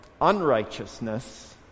unrighteousness